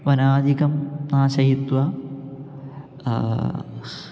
वनादिकं नाशयित्वा